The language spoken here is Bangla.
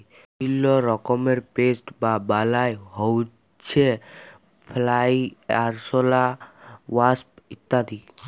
বিভিল্য রকমের পেস্ট বা বালাই হউচ্ছে ফ্লাই, আরশলা, ওয়াস্প ইত্যাদি